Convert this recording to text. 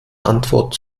antwort